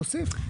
תוסיף.